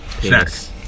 Snacks